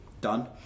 done